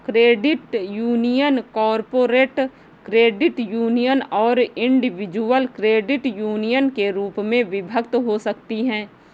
credit union corporate credit union और individual credit union के रूप में विभक्त हो सकती हैं